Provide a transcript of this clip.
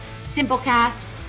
Simplecast